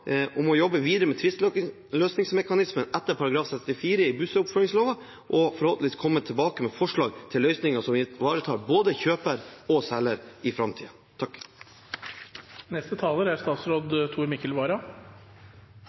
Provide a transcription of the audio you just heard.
jobbe videre med tvisteløsningsmekanismen etter § 64 i bustadoppføringslova og forhåpentligvis komme tilbake med forslag til løsninger som ivaretar både kjøper og selger i